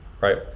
right